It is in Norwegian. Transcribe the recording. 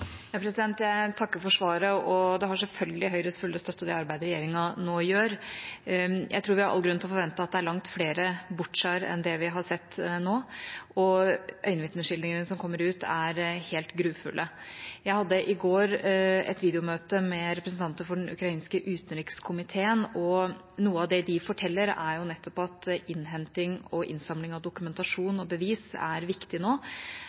Jeg takker for svaret. Det arbeidet regjeringa nå gjør, har selvfølgelig Høyres fulle støtte. Jeg tror det er all grunn til å forvente at det er langt flere Butsjaer enn det vi har sett til nå. Øyenvitneskildringene som kommer ut, er helt grufulle. Jeg hadde i går et videomøte med representanter for den ukrainske utenrikskomiteen, og noe av det de forteller, er at innhenting og innsamling av dokumentasjon og bevis er viktig nå.